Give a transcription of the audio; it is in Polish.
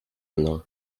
mną